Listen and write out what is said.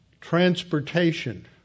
Transportation